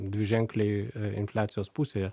dviženkliai infliacijos pusėje